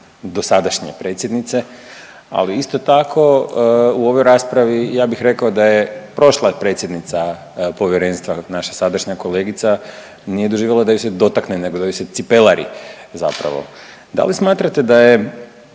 dosadašnje predsjednice, ali isto tako u ovoj raspravi da je, prošla je predsjednica povjerenstva naša sadašnja kolegica nije doživjela da ju se dotakne nego da ju se cipelari zapravo. Da li smatrate da je